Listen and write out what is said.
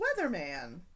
weatherman